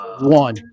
one